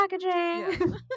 packaging